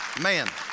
Man